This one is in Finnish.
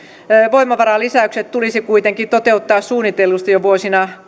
voimavaralisäykset tulisi kuitenkin toteuttaa suunnitellusti jo vuosina